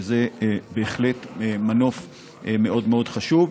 וזה בהחלט מנוף מאוד מאוד חשוב,